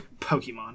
Pokemon